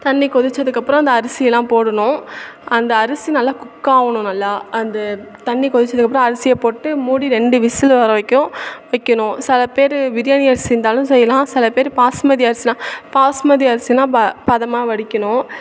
தண்ணி கொதிச்சதுக்கப்புறம் அந்த அரிசியெல்லாம் போடணும் அந்த அரிசி நல்லா குக் ஆகணும் நல்லா அந்த தண்ணி கொதிச்சதுக்கு அப்புறம் அரிசியை போட்டு மூடி ரெண்டு விசில் வர வைக்கும் வைக்கணும் சில பேர் பிரியாணி அரிசி இருந்தாலும் செய்யலாம் சில பேர் பாஸ்மதி அரிசிலாம் பாஸ்மதி அரிசினால் ப பதமாக வடிக்கணும்